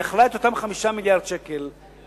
היא יכלה עם אותם 5 מיליארדי שקל לעשות,